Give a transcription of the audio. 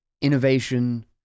innovation